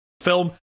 film